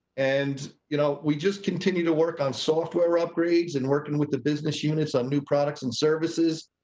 and. you know, we just continue to work on software upgrades and working with the business units on new products and services.